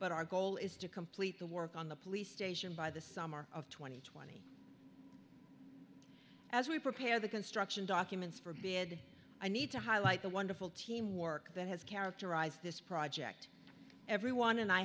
but our goal is to complete the work on the police station by the summer of two thousand and twenty as we prepare the construction documents for bid i need to highlight the wonderful teamwork that has characterized this project everyone and i